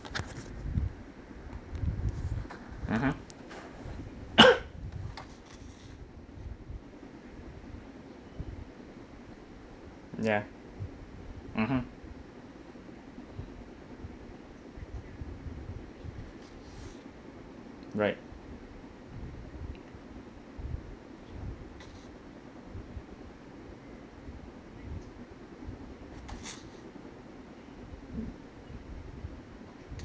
mmhmm ya mmhmm right